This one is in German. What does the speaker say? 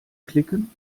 klicken